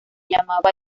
llamaba